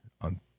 on